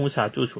શું તે સાચું છે